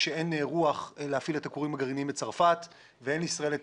כשאין רוח להפעיל את הכורים הגרעינים בצרפת ואין לישראל את